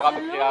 בכל מקרה.